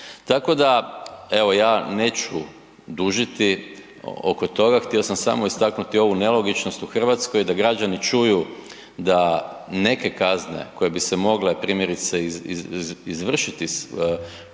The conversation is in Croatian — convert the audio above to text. tako da evo ja neću dužiti oko toga, htio sam samo istaknuti ovu nelogičnost u RH, da građani čuju da neke kazne koje bi se mogle primjerice izvršiti putem,